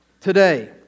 today